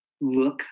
look